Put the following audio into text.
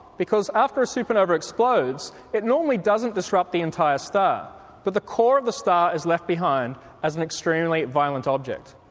because after a supernova explodes, it normally doesn't disrupt the entire star but the core of the star is left behind as an extremely violent object.